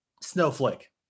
Snowflake